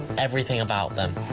everything about them.